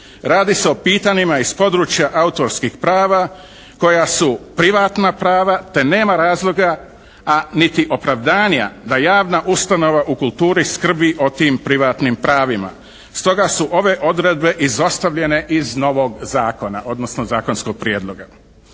Radi se o pitanjima iz područja autorskih prava koja su privatna prava te nema razloga, a niti opravdanja da javna ustanova u kulturi skrbi o tim privatnim pravima. Stoga su ove odredbe izostavljene iz novog zakona, odnosno zakonskog prijedloga.